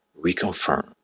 reconfirm